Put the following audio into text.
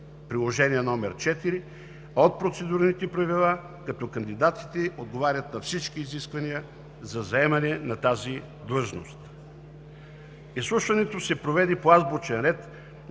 Приложение № 4 от Процедурните правила, като кандидатите отговарят на всички изисквания за заемане на длъжността. Изслушването се проведе по азбучен ред на